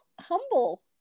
humble